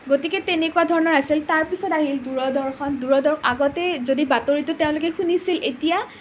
গতিকে তেনেকুৱা ধৰণৰ আছিল তাৰ পাছত আহিল দূৰদৰ্শন দূৰদ আগতেই যদি বাতৰিটো তেওঁলোকে শুনিছিল এতিয়া